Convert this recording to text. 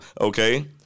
okay